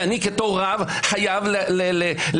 אני בתור רב חייב להתגמש,